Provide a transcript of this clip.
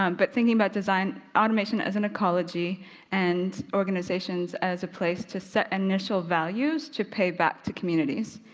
um but thinking about design, automation as an ecology and organisations as a place to set initial values to pay back to communities,